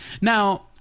Now